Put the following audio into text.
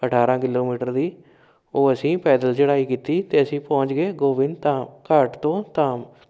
ਅਠਾਰ੍ਹਾਂ ਕਿਲੋਮੀਟਰ ਦੀ ਉਹ ਅਸੀਂ ਪੈਦਲ ਚੜਾਈ ਕੀਤੀ ਅਤੇ ਅਸੀਂ ਪਹੁੰਚ ਗਏ ਗੋਬਿੰਦ ਧਾ ਘਾਟ ਤੋਂ ਧਾਮ